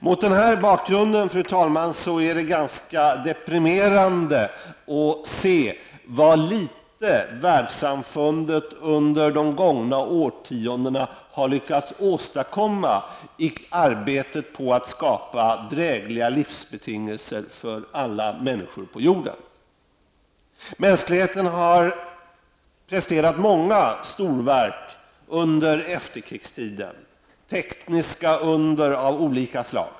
Mot denna bakgrund, fru talman, är det ganska deprimerande att se hur litet världssamfundet under de gångna årtiondena har lyckats åstadkomma i arbetet för att skapa drägliga levnadsbetingelser för alla människor på jorden. Mänskligheten har presterat många storverk under efterkrigstiden, tekniska under av olika slag.